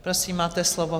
Prosím, máte slovo.